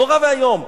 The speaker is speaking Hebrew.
נורא ואיום,